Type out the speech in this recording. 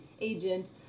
agent